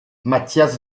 mathias